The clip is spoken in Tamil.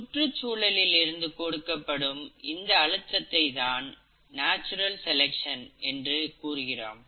சுற்றுச்சூழலில் இருந்து கொடுக்கப்படும் இந்த அழுத்தத்தை தான் நேச்சுரல் செலக்சன் என்று கூறுகிறோம்